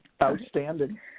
Outstanding